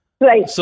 Right